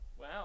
Wow